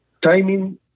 Timing